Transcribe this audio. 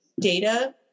data